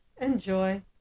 enjoy